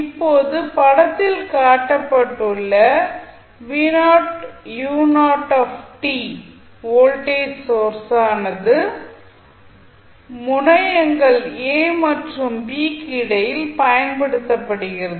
இப்போது படத்தில் காட்டப்பட்டுள்ள வோல்ட்டேஜ் சோர்ஸானது முனையங்கள் a மற்றும் b க்கு இடையில் பயன்படுத்தப்படுகிறது